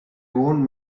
own